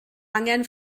angen